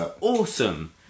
awesome